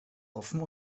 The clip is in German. offen